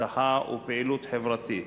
אבטחה ופעילות חברתית.